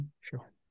Sure